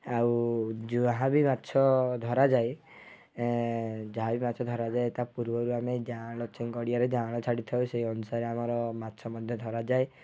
ଆଉ ଯାହା ବି ମାଛ ଧରାଯାଏ ଯାହାବି ମାଛ ଧରାଯାଏ ତା ପୂର୍ବରୁ ଆମେ ଯାଆଁଳ ଚିଙ୍ଗ ଗଡ଼ିଆରେ ଯାଆଁଳ ଛାଡ଼ିଥାଉ ସେଇ ଅନୁସାରେ ଆମର ମାଛ ମଧ୍ୟ ଧରାଯାଏ